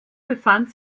befand